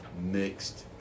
mixed